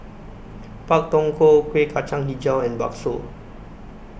Pak Thong Ko Kueh Kacang Hijau and Bakso